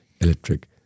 electric